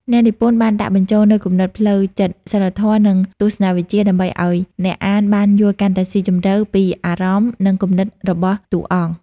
អ្នកនិពន្ធបានដាក់បញ្ចូលនូវគំនិតផ្លូវចិត្ត សីលធម៌ និងទស្សនវិជ្ជាដើម្បីឲ្យអ្នកអានបាន យល់កាន់តែស៊ីជម្រៅពីអារម្មណ៍ និងគំនិតរបស់តួអង្គ។